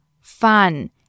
fun